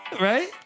Right